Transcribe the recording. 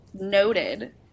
noted